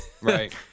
Right